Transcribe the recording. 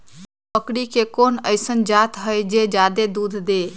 बकरी के कोन अइसन जात हई जे जादे दूध दे?